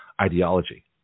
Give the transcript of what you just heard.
Ideology